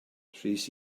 rhys